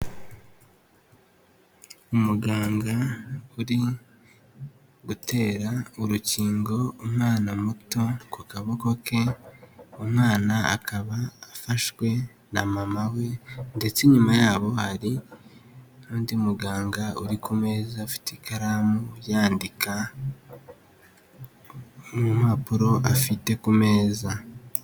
Umuganga uri gutera urukingo umwana muto ku kaboko ke, umwana akaba afashwe na mama we ndetse nyuma yaho hari n'undi muganga uri ku meza, ufite mfite ikaramu yandika mu mpapuro afite ku meza.